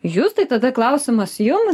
justai tada klausimas jums